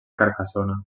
carcassona